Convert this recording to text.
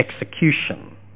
execution